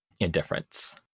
Indifference